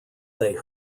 they